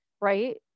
right